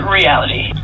reality